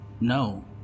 No